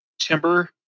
timber